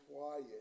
quiet